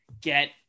get